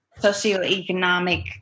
socioeconomic